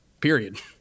Period